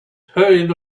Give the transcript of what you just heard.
hurried